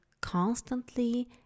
constantly